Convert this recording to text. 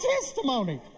testimony